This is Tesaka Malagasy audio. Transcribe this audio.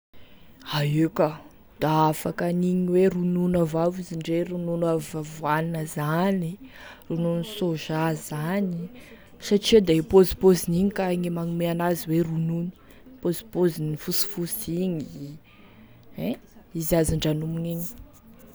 A ie ka da afaky aniny ronono avao izy na de ronono avy avoine zany ronono sôza zany satria da e pozipoziny igny ka e manome an'azy hoe ronono, poziny fosifosy igny ein, izy azo ndranomigny igny.